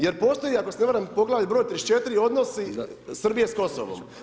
Jer postoji ako se ne varam poglavlje br. 34. odnosi Srbije sa Kosovom.